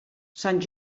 sant